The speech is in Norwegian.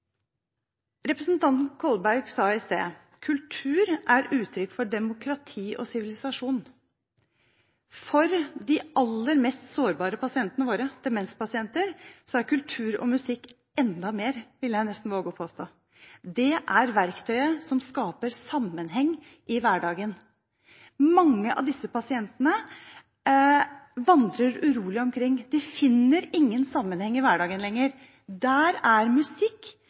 Representanten Kolberg sa i sted at «kultur er et uttrykk for demokrati og for sivilisasjon». For de aller mest sårbare pasientene våre, demenspasienter, er kultur og musikk enda mer, vil jeg nesten våge å påstå. Det er verktøyet som skaper sammenheng i hverdagen. Mange av disse pasientene vandrer urolig omkring. De finner ingen sammenheng i hverdagen lenger. Der er musikk